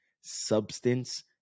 substance